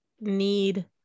need